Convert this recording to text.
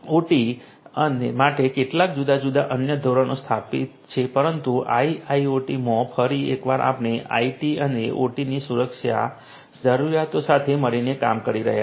OT માટે કેટલાક જુદા જુદા અન્ય ધોરણો સ્થાપિત છે પરંતુ આઈઆઈઓટીમાં ફરી એકવાર આપણે આઈટી અને ઓટીની સુરક્ષા જરૂરિયાતો સાથે મળીને કામ કરી રહ્યા છીએ